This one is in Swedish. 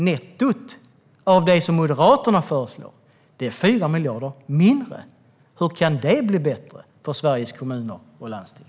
Nettot av det som Moderaterna föreslår är 4 miljarder mindre. Hur kan det bli bättre för Sveriges kommuner och landsting?